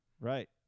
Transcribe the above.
Right